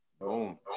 Boom